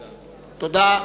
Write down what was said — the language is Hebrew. תודה.